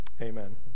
Amen